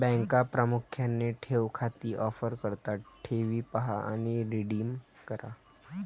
बँका प्रामुख्याने ठेव खाती ऑफर करतात ठेवी पहा आणि रिडीम करा